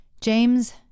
James